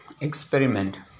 Experiment